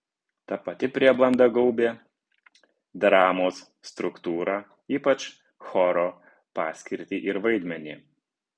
ta pati prieblanda gaubė dramos struktūrą ypač choro paskirtį ir vaidmenį